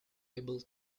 able